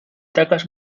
taques